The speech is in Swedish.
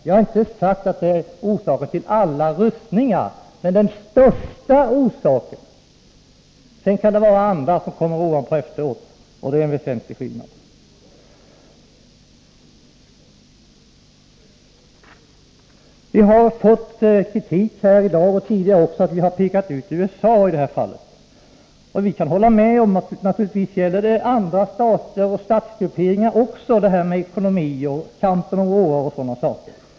Vi har inte sagt att den är den enda orsaken till alla rustningar, men den är den största — sedan kan andra komma till, men det är en väsentlig skillnad. Vi har i dag liksom tidigare fått kritik för att vi pekat ut USA i det här fallet. Vi kan hålla med om att den betydelse som kampen om råvaror och liknande har är något som berör också andra stater och statsgrupperingar.